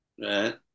right